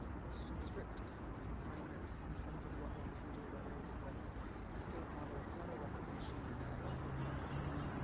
there's some strict confinement, in terms of what one can do. whether it's the state model of federal recognition like tribal entities,